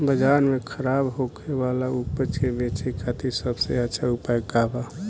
बाजार में खराब होखे वाला उपज के बेचे खातिर सबसे अच्छा उपाय का बा?